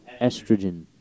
estrogen